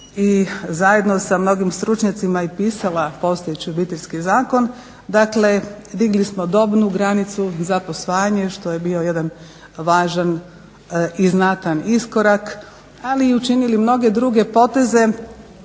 i zajedno sa mnogim stručnjacima pisala postojeći Obiteljski zakon, dakle digli smo dobnu granicu za posvajanje što je bio jedan važan i znatan iskorak ali i u činili mnoge druge poteze